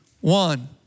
One